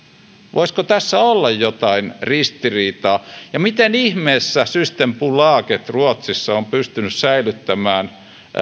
voisiko tässä olla jotain ristiriitaa ja miten ihmeessä systembolaget ruotsissa on pystynyt säilyttämään